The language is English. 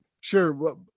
Sure